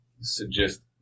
suggest